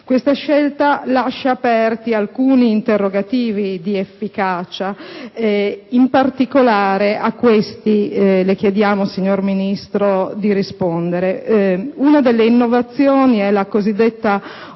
Questa scelta lascia aperti alcuni interrogativi di efficacia e in particolare a questi noi le chiediamo, signor Ministro, di rispondere. Una delle innovazioni è la cosiddetta